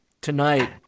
tonight